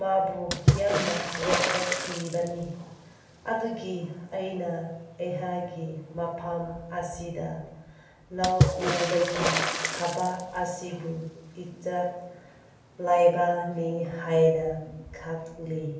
ꯃꯥꯕꯨ ꯌꯥꯝꯅ ꯔꯦꯁꯄꯦꯛ ꯄꯤꯕꯅꯤ ꯑꯗꯨꯒꯤ ꯑꯩꯅ ꯑꯩꯍꯥꯛꯀꯤ ꯃꯐꯝ ꯑꯁꯤꯗ ꯂꯧ ꯎꯕꯒꯤ ꯊꯕꯛ ꯑꯁꯤꯕꯨ ꯏꯖꯠ ꯂꯩꯕꯅꯤ ꯍꯥꯏꯅ ꯈꯜꯂꯤ